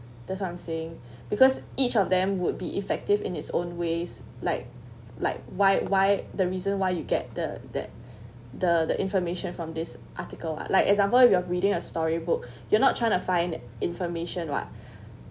that's what I'm saying because each of them would be effective in its own ways like like why why the reason why you get the that the the information from this article ah like example you're reading a storybook you're not trying to find information [what]